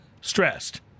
stressed